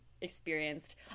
experienced